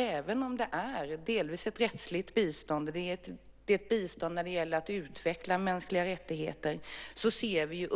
Även om det delvis är ett rättsligt bistånd, ett bistånd för att utveckla mänskliga rättigheter, ser vi